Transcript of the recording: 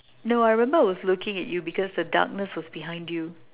no I remember I was looking at you because the darkness was behind you